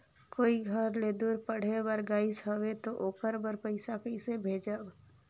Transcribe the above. कोई घर ले दूर पढ़े बर गाईस हवे तो ओकर बर पइसा कइसे भेजब?